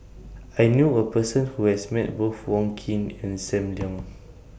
I knew A Person Who has Met Both Wong Keen and SAM Leong